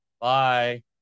Bye